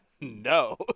No